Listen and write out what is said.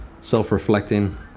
self-reflecting